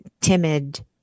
timid